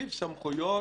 להוסיף סמכויות